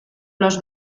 los